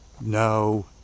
no